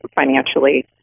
financially